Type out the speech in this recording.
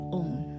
own